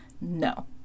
no